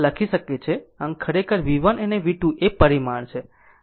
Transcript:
આમ આ ખરેખર V1 અને V2 એ પરિમાણ છે